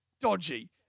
dodgy